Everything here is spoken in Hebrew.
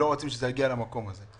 בחברת החשמל ולא רוצים שזה יגיע למקום הזה.